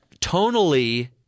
tonally